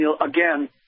again